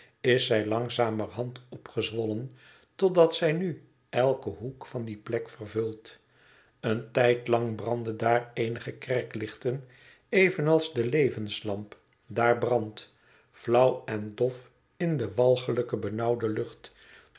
is zij langzamerhand opgezwollen totdat zij nu eiken hoek van die plek vervult een tijdlang brandden daar eenige kerker lichten evenals de levenslamp daar brandt flauw en dof in de walgelijk benauwde lucht